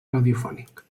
radiofònic